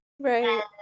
Right